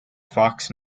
fox